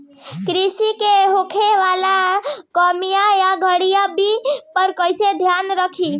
कृषि में होखे वाला खामियन या गड़बड़ी पर कइसे ध्यान रखि?